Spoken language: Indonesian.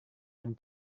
dan